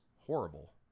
horrible